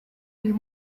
uyu